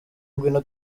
ngwino